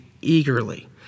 eagerly